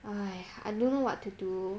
!aiya! I don't know what to do